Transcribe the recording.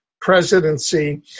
presidency